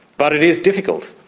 but it is difficult.